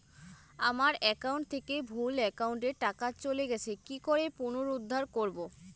আমার একাউন্ট থেকে ভুল একাউন্টে টাকা চলে গেছে কি করে পুনরুদ্ধার করবো?